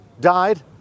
died